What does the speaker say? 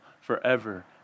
forever